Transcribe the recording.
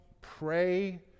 pray